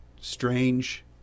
strange